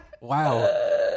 Wow